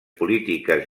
polítiques